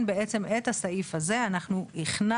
שבדירקטיבה הזאת לא כתוב כלום על רעלים אז אני לא בעניין.